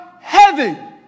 heaven